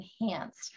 enhanced